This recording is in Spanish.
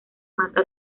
mata